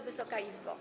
Wysoka Izbo!